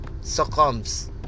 succumbs